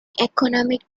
economic